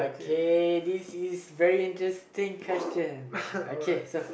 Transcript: K this is very interesting question okay so